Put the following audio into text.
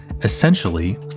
Essentially